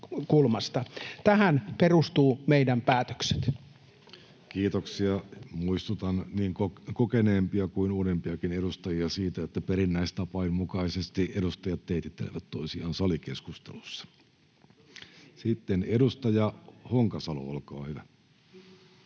Time: 18:14 Content: Kiitoksia. — Muistutan niin kokeneempia kuin uudempiakin edustajia siitä, että perinnäistapain mukaisesti edustajat teitittelevät toisiaan salikeskustelussa. — Sitten edustaja Honkasalo, olkaa hyvä.